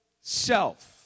self